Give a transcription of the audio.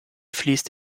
fließt